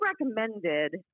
recommended